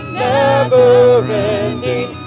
never-ending